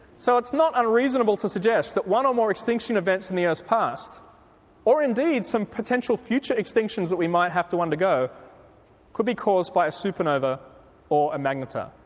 so it's not unreasonable to suggest that one or more extinction events in the earth's past or indeed some potential future extinctions that we might have to undergo could be caused by a supernova or a magnetar.